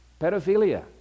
pedophilia